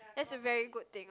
that's a very good thing